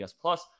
plus